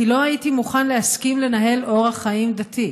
כי לא הייתי מוכן להסכים לנהל אורח חיים דתי.